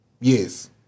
Yes